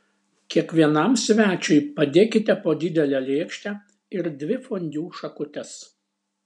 kiekvienam svečiui padėkite po didelę lėkštę ir dvi fondiu šakutes